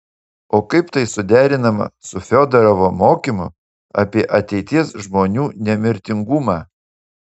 o kaip tai suderinama su fiodorovo mokymu apie ateities žmonių nemirtingumą